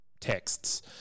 texts